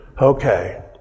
Okay